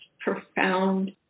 profound